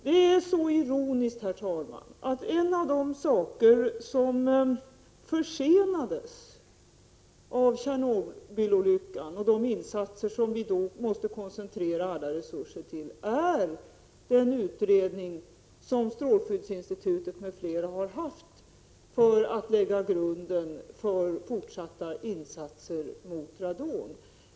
Det är så ironiskt, herr talman, att en av de saker som försenades på grund av Tjernobylolyckan och de insatser som vi då måste koncentrera alla resurser på är den utredning som strålskyddsinstitutet m.fl. fick i uppdrag att göra för att man skulle kunna lägga grunden för fortsatta insatser mot radon.